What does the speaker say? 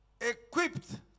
Equipped